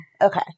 okay